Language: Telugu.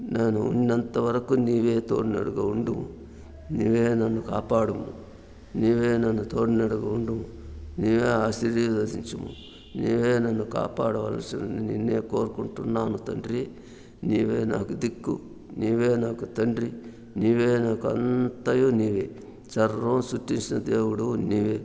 నేను ఉన్నంతవరకు నీవే తోడు నీడగా ఉండు నీవే నన్ను కాపాడు నీవే నన్ను తోడునీడగా ఉండు నీవే ఆశీర్వదించుము నీవే నన్ను కాపాడవలసినదిగా నిన్నే కోరుకుంటున్నాను తండ్రి నీవే నాకు దిక్కు నీవే నాకు తండ్రి నీవే నాకు అంతయు నీవే సర్వము సృష్టించిన దేవుడవు నీవే